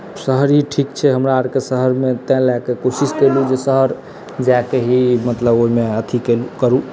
शहर ही ठीक छै हमरा आओरके शहरमे ताहि लऽ के कोशिश केलहुँ जे शहर जाके ही मतलब ओहिमे अथी करू